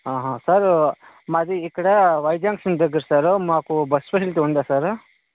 ఆ హ సార్ మాది ఇక్కడ వై జంక్షన్ దగ్గర సారు మాకు బస్సు ఫెసిలిటీ ఉందా సారు